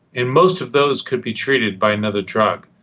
and most of those can be treated by another drug.